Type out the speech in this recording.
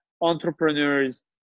Entrepreneurs